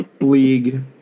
league